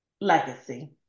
legacy